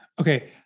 Okay